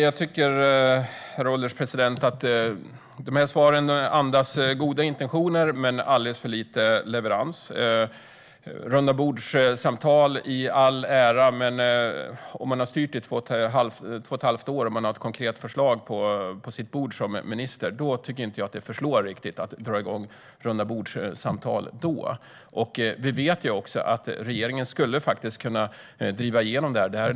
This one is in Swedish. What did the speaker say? Herr ålderspresident! Jag tycker att dessa svar andas goda intentioner men alldeles för lite leverans. Rundabordssamtal i all ära, men om man har styrt i två och ett halvt år och som minister har ett konkret förslag på sitt bord tycker jag inte att det riktigt förslår att dra igång rundabordssamtal. Vi vet också att regeringen skulle kunna driva igenom det här.